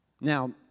Now